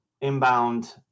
inbound